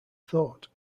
thought